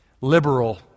liberal